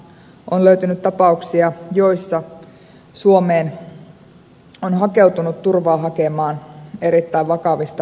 on löytynyt monia tapauksia joissa suomeen on hakeutunut turvaa hakemaan erittäin vakavista